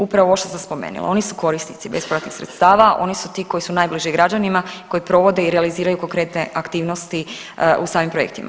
Upravo ovo što sam spomenula oni su korisnici bespovratnih sredstava, oni su ti koji su najbliži građanima koji provode i realiziraju konkretne aktivnosti u samim projektima.